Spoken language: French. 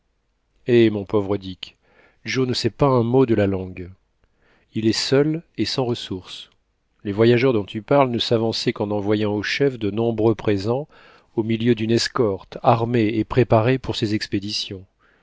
eh mon pauvre dick joe ne sait pas un mot de la langue il est seul et sans ressources les voyageurs dont tu parles ne s'avançaient qu'en envoyant aux chefs de nombreux présents au milieu d'une escorte armés et préparés pour ces expéditions